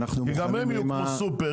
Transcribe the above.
כי גם הם יהיו כמו סופר,